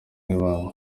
ibanga